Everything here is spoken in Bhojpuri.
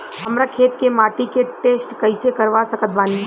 हमरा खेत के माटी के टेस्ट कैसे करवा सकत बानी?